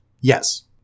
Yes